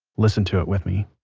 listen to it with me,